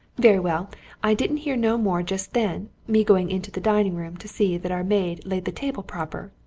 very well i didn't hear no more just then, me going into the dining-room to see that our maid laid the table proper.